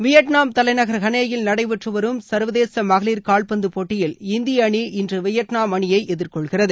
Vietnam தலைநகர் ஹனோயில் நடைபெற்றுவரும் சர்வதேசமகளிர் கால்பந்துபோட்டியில் இந்தியஅணி இன்றுவியட்நாம் அணியைஎதிர்கொள்கிறது